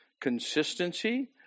consistency